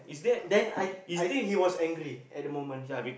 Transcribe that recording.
then I I think he was angry at the moment